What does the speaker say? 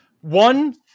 one